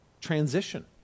transition